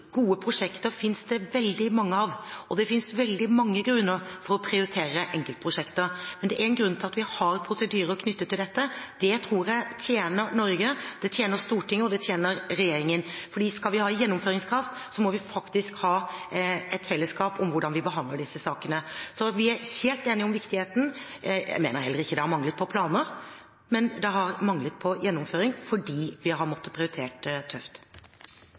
Gode prosjekter finnes det veldig mange av, og det finnes veldig mange grunner til å prioritere enkeltprosjekter, men det er en grunn til at vi har prosedyrer knyttet til dette. Det tror jeg tjener Norge, det tjener Stortinget, og det tjener regjeringen, for hvis vi skal ha gjennomføringskraft, må vi faktisk ha et fellesskap rundt hvordan vi behandler disse sakene. Så vi er helt enige om viktigheten. Jeg mener at det heller ikke har manglet på planer, men det har manglet på gjennomføring fordi vi har måttet prioritere tøft.